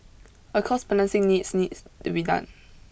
a cost balancing needs needs to be done